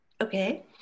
Okay